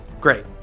Great